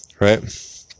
right